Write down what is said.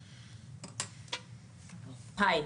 היי,